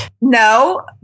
No